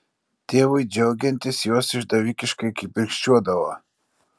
tėvui džiaugiantis jos išdavikiškai kibirkščiuodavo